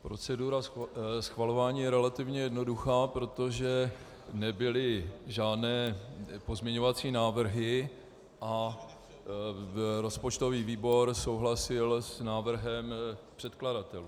Procedura schvalování je relativně jednoduchá, protože nebyly žádné pozměňovací návrhy a rozpočtový výbor souhlasil s návrhem předkladatelů.